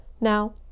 Now